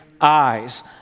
eyes